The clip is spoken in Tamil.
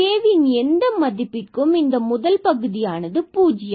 கேவின் இந்த மதிப்பிற்கும் இந்த முதல் பகுதியானது hrks0 ஆகும்